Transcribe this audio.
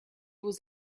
was